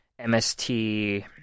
MST